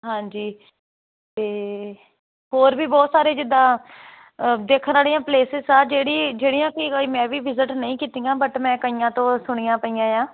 ਹਾਂਜੀ ਤੇ ਹੋਰ ਵੀ ਬਹੁਤ ਸਾਰੇ ਜਿੱਦਾਂ ਦੇਖਣ ਵਾਲੀਆਂ ਪਲੇਸਸ ਆ ਜਿਹੜੀ ਜਿਹੜੀਆਂ ਕੀ ਕਈ ਮੈਂ ਵੀ ਵਿਜਿਟ ਨਹੀਂ ਕੀਤੀਆਂ ਬਟ ਮੈਂ ਕਈਆਂ ਤੋਂ ਸੁਣੀਆਂ ਪੀਆਂ ਆ